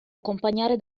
accompagnare